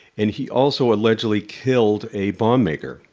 and he also allegedly killed a bombmaker.